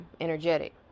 energetic